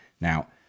now